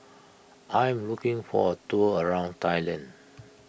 I am looking for a tour around Thailand